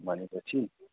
भनेपछि